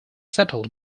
settled